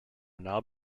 now